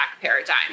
paradigm